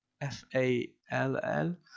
F-A-L-L